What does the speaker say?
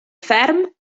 ferm